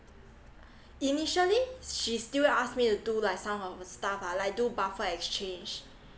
initially she still ask me to do like some of her stuff ah like do buffer exchange